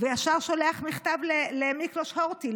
וישר שולח מכתב למיקלוש הורטי,